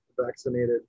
vaccinated